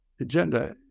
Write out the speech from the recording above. agenda